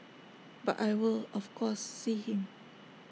but I will of course see him